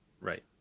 Right